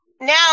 Now